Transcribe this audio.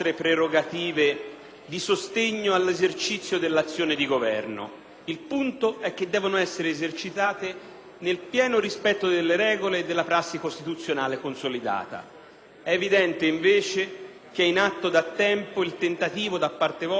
il punto è che devono essere esercitate nel pieno rispetto delle regole e della prassi costituzionale consolidata. È evidente invece che è in atto da tempo il tentativo da parte vostra di coartare consuetudini e rispetto istituzionale.